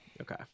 Okay